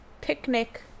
picnic